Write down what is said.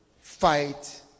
fight